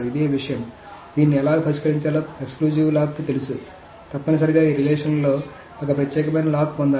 ఇదే విషయం దీన్ని ఎలా పరిష్కరించాలో ఎక్స్క్లూజివ్ లాక్కి తెలుసు తప్పనిసరిగా ఈ రిలేషన్షిప్లో ఒక ప్రత్యేకమైన లాక్ పొందాలి